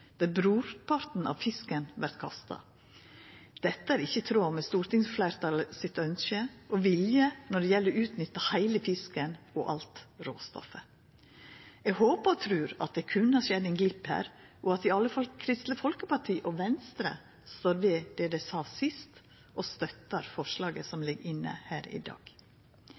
der brorparten av fisken vert kasta. Dette er ikkje i tråd med stortingsfleirtalet sitt ønske og vilje når det gjeld å utnytta heile fisken og alt råstoffet. Eg håpar og trur at det berre har skjedd ein glipp her, og at i alle fall Kristeleg Folkeparti og Venstre står ved det dei sa sist, og støttar forslaget som ligg inne her i dag.